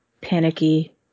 panicky